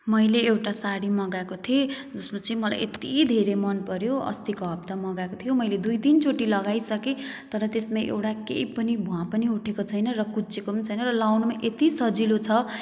मैले एउटा साडी मगाएको थिएँ जसमा चाहिँ मलाई यति धेरै मन पऱ्यो अस्तिको हप्ता मगाएको थियो मैले दुई तिनचोटि लगाइसकेँ तर त्यसमा एउटा केही पनि भुवा पनि उठेको छैन र कुच्चिएको पनि छैन र लगाउनु पनि यति सजिलो छ